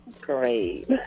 Great